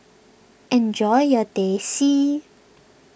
enjoy your Teh C